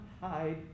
hide